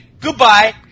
goodbye